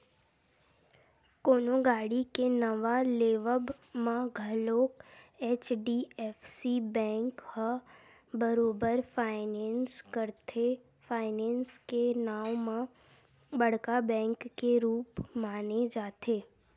कोनो गाड़ी के नवा लेवब म घलोक एच.डी.एफ.सी बेंक ह बरोबर फायनेंस करथे, फायनेंस के नांव म बड़का बेंक के रुप माने जाथे